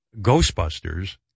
Ghostbusters